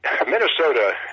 Minnesota